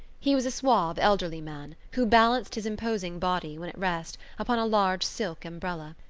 he was a suave, elderly man who balanced his imposing body, when at rest, upon a large silk umbrella.